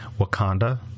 Wakanda